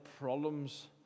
problems